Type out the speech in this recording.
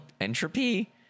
Entropy